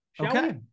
Okay